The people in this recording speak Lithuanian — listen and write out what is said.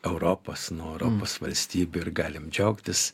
europos nuo europos valstybių ir galim džiaugtis